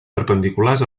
perpendiculars